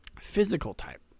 physical-type